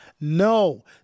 No